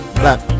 black